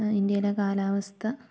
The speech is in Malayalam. ഇന്ത്യയിലെ കാലാവസ്ഥ